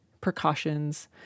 precautions